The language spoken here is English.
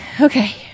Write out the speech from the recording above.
Okay